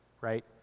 right